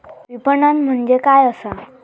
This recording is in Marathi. विपणन म्हणजे काय असा?